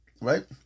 right